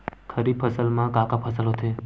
खरीफ फसल मा का का फसल होथे?